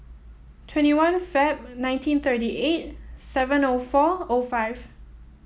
twenty one Feb nineteen thirty eight seven O four O five